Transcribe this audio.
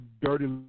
dirty